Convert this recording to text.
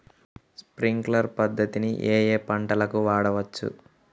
Sprinkler పద్ధతిని ఏ ఏ పంటలకు వాడవచ్చు?